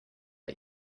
are